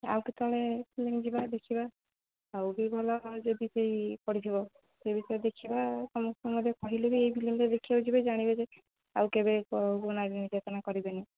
ଆଉ କେତେବେଳେ ଫିଲ୍ମ ଯିବା ଦେଖିବା ଆଉ ବି ଭଲ ଯଦି ସେଇ ପଡ଼ିଯିବ ସେ ବିଷୟରେ ଦେଖିବା ସମସ୍ତ ମୋତେ କହିଲେ ବି ଏଇ ଫିଲ୍ମରେ ଦେଖିବାକୁ ଯିବେ ଜାଣିବେ ଯେ ଆଉ କେବେ ନାରୀ ନିର୍ଯାତନା କରିବେନି